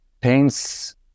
paints